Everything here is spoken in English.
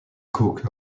kook